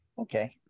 Okay